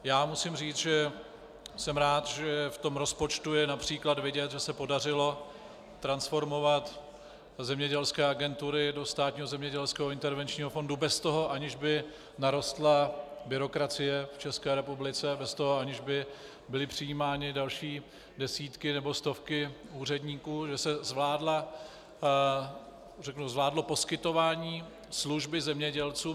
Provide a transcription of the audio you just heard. Já musím říct, že jsem rád, že v tom rozpočtu je např. vidět, že se podařilo transformovat zemědělské agentury do Státního zemědělského intervenčního fondu, aniž by narostla byrokracie v České republice, aniž by byly přijímány další desítky nebo stovky úředníků, že se zvládlo poskytování služby zemědělcům.